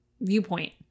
viewpoint